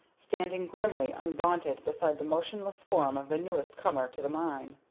standing grimly undaunted beside the motionless form of the newest comer to the mine.